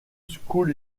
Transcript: school